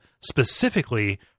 specifically